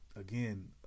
again